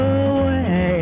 away